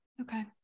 Okay